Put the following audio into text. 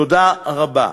תודה רבה.